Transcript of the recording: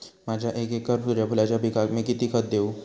माझ्या एक एकर सूर्यफुलाच्या पिकाक मी किती खत देवू?